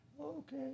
Okay